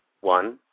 One